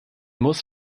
muss